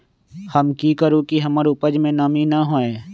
हम की करू की हमर उपज में नमी न होए?